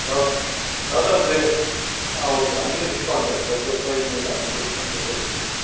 thou thousand three okay అన్నీ డిస్కౌంటే ప్రతి ఒక్క ప్రైజ్ మీద మనం డిస్కౌంట్ చేసి ఇస్తాము